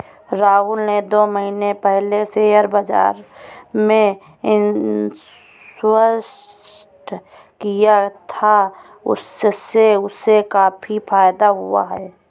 राहुल ने दो महीने पहले शेयर बाजार में इन्वेस्ट किया था, उससे उसे काफी फायदा हुआ है